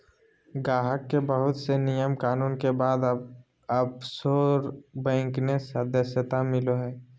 गाहक के बहुत से नियम कानून के बाद ओफशोर बैंक मे सदस्यता मिलो हय